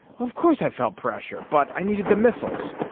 of course i felt pressure, but i needed the missiles.